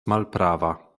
malprava